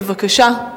בבקשה.